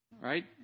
Right